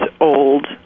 old